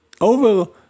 over